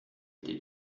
été